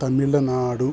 Tamil Nadu